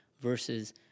versus